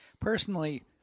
Personally